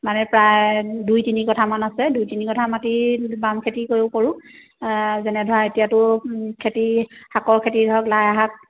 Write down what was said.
মানে প্ৰায় দুই তিনি কঠামান আছে দুই তিনি কঠা মাটি বাম খেতি কৰিব পাৰো যেনে ধৰা এতিয়াতো খেতি শাকৰ খেতি ধৰক লাইশাক